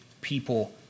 people